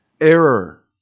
Error